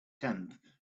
tenth